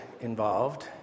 involved